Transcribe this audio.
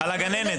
הגננת.